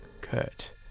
Kurt